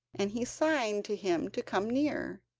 and he signed to him to come near.